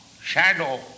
shadow